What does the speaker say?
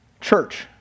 Church